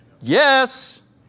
Yes